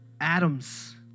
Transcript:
Adams